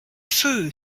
feu